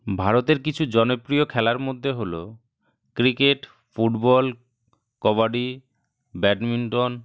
ভারতের কিছু জনপ্রিয় খেলার মধ্যে হল ক্রিকেট ফুটবল কবাডি ব্যাডমিন্টন